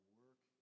work